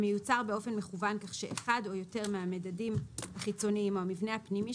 המיוצר באופן מכוון כך שאחד או יותר מהמדדים החיצוניים או המבנה הפנימי